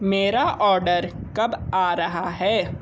मेरा ऑर्डर कब आ रहा है